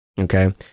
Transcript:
Okay